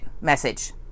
message